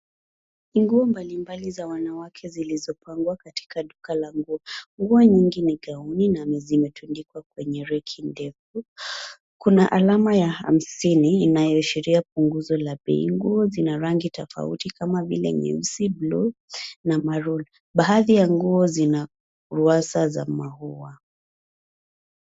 Ni nguo mbalimbali za wanawake zilizopangwa katika duka la nguo. Nguo nyingi ni gauni na zimetundikwa kwenye reki ndefu. Kuna alama ya hamsini inayoashiria punguzo la bei. Nguo zina rangi tofauti kama vile nyeusi, bluu na maroon .Baadhi ya nguo zina ruwaza za maua.